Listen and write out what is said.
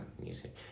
music